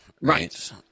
right